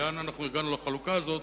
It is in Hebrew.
לאן הגענו בחלוקה הזאת,